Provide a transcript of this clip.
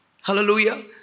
Hallelujah